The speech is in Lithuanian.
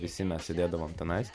visi mes sėdėdavom tenais